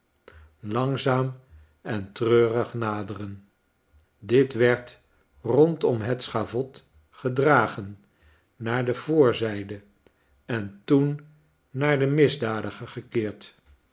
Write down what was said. langzaam en treurig naderen dit werd rondom het schavot gedragen naar de voorzijde en toen naar den misdadiger gekeerd